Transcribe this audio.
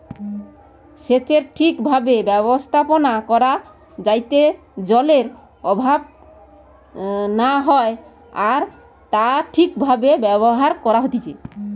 সেচের ঠিক ভাবে ব্যবস্থাপনা করা যাইতে জলের অভাব না হয় আর তা ঠিক ভাবে ব্যবহার করা হতিছে